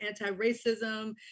anti-racism